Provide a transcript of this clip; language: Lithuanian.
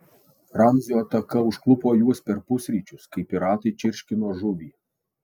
ramzio ataka užklupo juos per pusryčius kai piratai čirškino žuvį